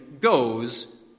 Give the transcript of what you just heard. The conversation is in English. goes